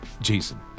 Jason